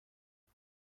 هستم